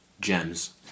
gems